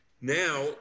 Now